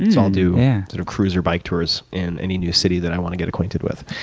and i'll do yeah sort of cruiser bike tours in any new city that i want to get acquainted with.